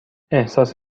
احساس